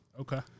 Okay